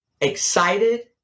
excited